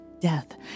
death